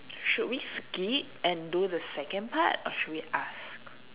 should we skip and do the second part or should we ask